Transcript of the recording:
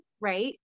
right